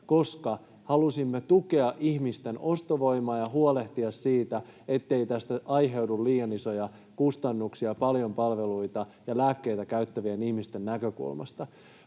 koska halusimme tukea ihmisten ostovoimaa ja huolehtia siitä, ettei tästä aiheudu liian isoja kustannuksia paljon palveluita ja lääkkeitä käyttävien ihmisten näkökulmasta.